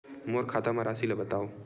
मोर खाता म राशि ल बताओ?